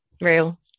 real